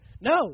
No